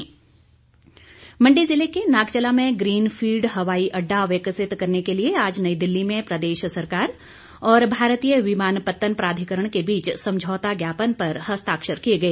MOU Mandi ज़िला के नागचला में ग्रीन फील्ड हवाई अड्डा विकसित करने के लिए आज नई दिल्ली में प्रदेश सरकार और भारतीय विमानपत्तन प्राधिकरण के बीच समझौता ज्ञापन पर हस्ताक्षर किए गए